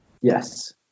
Yes